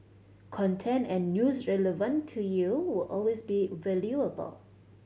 content and news relevant to you will always be valuable